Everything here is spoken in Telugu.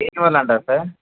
ఎందువల్ల అంటారు సార్